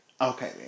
Okay